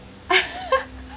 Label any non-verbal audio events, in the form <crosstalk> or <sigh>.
<laughs>